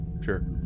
sure